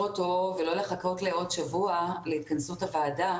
אותו ולא לחכות לעוד שבוע להתכנסות הוועדה,